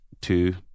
two